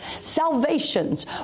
salvations